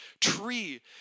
tree